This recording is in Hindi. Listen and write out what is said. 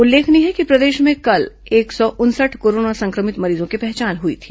उल्लेखनीय है कि प्रदेश में कल एक सौ उनसठ कोरोना संक्रमित मरीजों की पहचान हुई थी